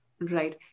Right